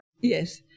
Yes